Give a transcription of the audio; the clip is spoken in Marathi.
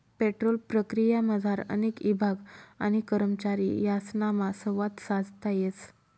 पेट्रोल प्रक्रियामझार अनेक ईभाग आणि करमचारी यासनामा संवाद साधता येस